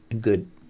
Good